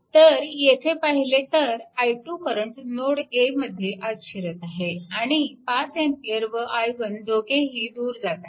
तर येथे पाहिले तर i2 करंट नोड A मध्ये आत शिरत आहे आणि 5A व i1 दोघेही दूर जात आहेत